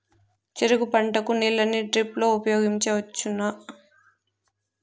చెరుకు పంట కు నీళ్ళని డ్రిప్ లో ఉపయోగించువచ్చునా?